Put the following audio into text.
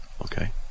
Okay